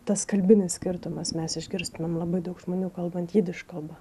tas kalbinis skirtumas mes išgirstumėm labai daug žmonių kalbant jidiš kalba